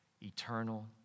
eternal